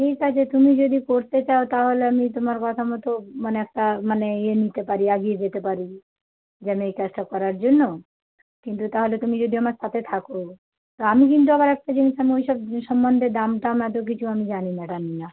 ঠিক আছে তুমি যদি করতে চাও তাহলে আমি তোমার কথা মতো মানে একটা মানে ইয়ে নিতে পারি এগিয়ে যেতে পারি যেন এই কাজটা করার জন্য কিন্তু তাহলে তুমি যদি আমার সাথে থাকো তো আমি কিন্তু আবার একটা জিনিস আমি ওই সব জিনিস সম্বন্ধে দাম টাম এতো কিছু আমি জানি না রান্না